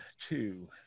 two